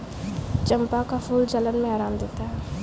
चंपा का फूल जलन में आराम देता है